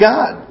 God